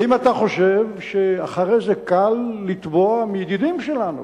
האם אתה חושב שאחרי זה קל לתבוע מידידים שלנו